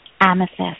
amethyst